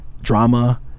drama